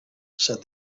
said